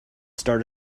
start